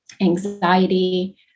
anxiety